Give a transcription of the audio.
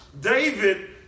David